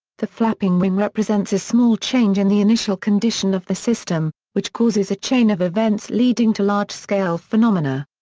the flapping wing represents a small change in the initial condition of the system, which causes a chain of events leading to large-scale phenomena.